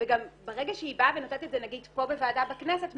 וגם ברגע שהיא באה ונותנת את זה נגיד פה בוועדה בכנסת,